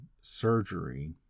surgery